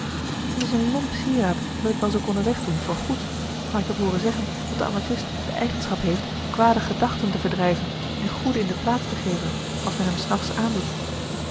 het is een lomp sieraad die ik wel zou kennen weg doen voorgoed maar ik heb hooren zeggen dat de amathist de eigenschap heeft kwade gedachten te verdrijven en goede in de plaats te geven als men hem s nachts aandoet